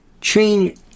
Change